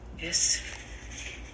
Yes